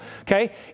okay